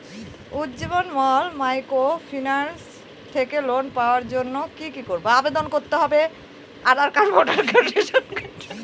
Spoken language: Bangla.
উজ্জীবন স্মল মাইক্রোফিন্যান্স থেকে লোন পাওয়ার জন্য কি করব?